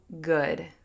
good